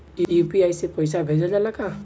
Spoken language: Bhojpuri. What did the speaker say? यू.पी.आई से पईसा भेजल जाला का?